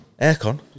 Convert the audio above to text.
aircon